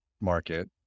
market